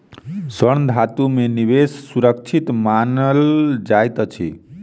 स्वर्ण धातु में निवेश सुरक्षित मानल जाइत अछि